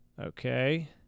Okay